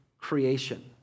creation